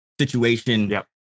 situation